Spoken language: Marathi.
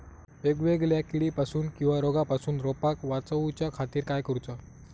वेगवेगल्या किडीपासून किवा रोगापासून रोपाक वाचउच्या खातीर काय करूचा?